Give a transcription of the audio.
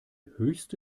höchste